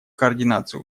координации